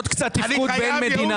עוד קצת תפקוד ואין מדינה.